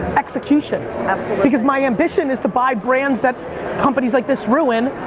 execution. absolutely. because my ambition is to buy brands that companies like this ruin,